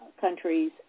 countries